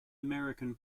american